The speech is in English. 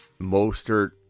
Mostert